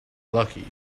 lucky